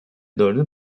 dördü